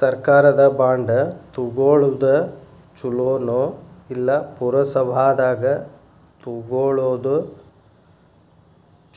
ಸರ್ಕಾರದ ಬಾಂಡ ತುಗೊಳುದ ಚುಲೊನೊ, ಇಲ್ಲಾ ಪುರಸಭಾದಾಗ ತಗೊಳೊದ